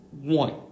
One